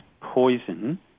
poison